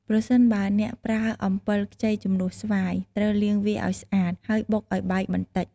ប្រសិនបើអ្នកប្រើអំពិលខ្ចីជំនួសស្វាយ ត្រូវលាងវាឲ្យស្អាត ហើយបុកឲ្យបែកបន្តិច។